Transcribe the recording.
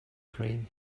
cream